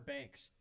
Banks